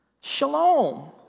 Shalom